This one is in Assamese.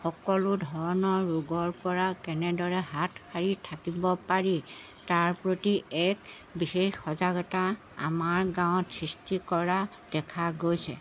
সকলো ধৰণৰ ৰোগৰপৰা কেনেদৰে হাত সাৰি থাকিব পাৰি তাৰ প্ৰতি এক বিশেষ সজাগতা আমাৰ গাঁৱত সৃষ্টি কৰা দেখা গৈছে